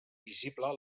visible